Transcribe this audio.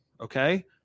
Okay